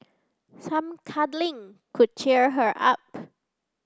some cuddling could cheer her up